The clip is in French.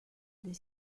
des